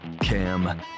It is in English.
Cam